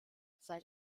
seit